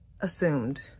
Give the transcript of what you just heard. assumed